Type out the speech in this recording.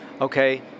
okay